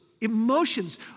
emotions